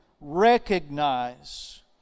recognize